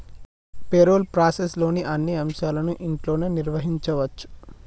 payroll ప్రాసెస్లోని అన్ని అంశాలను ఇంట్లోనే నిర్వహించచ్చు